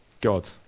God